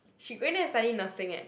she going there to study nursing eh